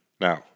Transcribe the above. Now